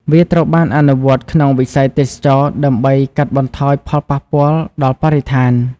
វាត្រូវបានអនុវត្តក្នុងវិស័យទេសចរណ៍ដើម្បីកាត់បន្ថយផលប៉ះពាល់ដល់បរិស្ថាន។